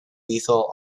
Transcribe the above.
lethal